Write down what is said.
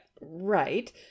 Right